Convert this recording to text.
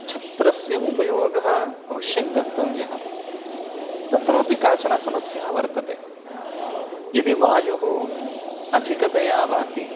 छत्रस्य उपयोगः अवश्यं कर्तव्यः तत्रापि काचन समस्या वर्तते यदि वायुः अधिकतया वाति